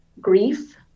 grief